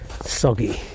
soggy